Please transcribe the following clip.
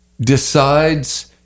decides